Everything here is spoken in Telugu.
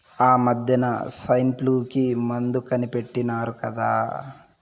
ఆమద్దెన సైన్ఫ్లూ కి మందు కనిపెట్టినారు కదా